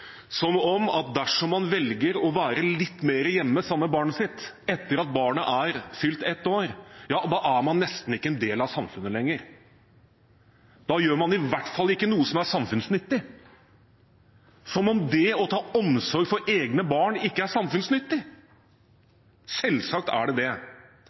som om dersom man velger å være litt mer hjemme sammen med barnet sitt etter at barnet er fylt ett år, er man nesten ikke en del av samfunnet lenger. Da gjør man i hvert fall ikke noe som er samfunnsnyttig – som om det å ta omsorg for egne barn ikke er samfunnsnyttig! Selvsagt er det det.